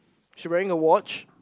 she wearing a watch